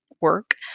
work